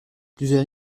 plusieurs